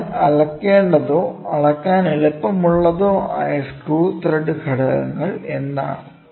അതിനാൽ അളക്കേണ്ടതോ അളക്കാൻ എളുപ്പമുള്ളതോ ആയ സ്ക്രൂ ത്രെഡ് ഘടകങ്ങൾ ഏതാണ്